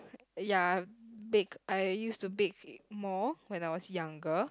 ya bake I used to bake more when I was younger